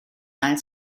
ail